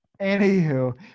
Anywho